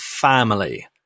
family